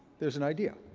there's an idea.